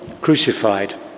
crucified